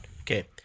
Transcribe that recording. Okay